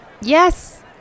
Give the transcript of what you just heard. yes